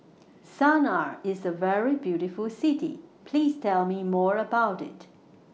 Sanaa IS A very beautiful City Please Tell Me More about IT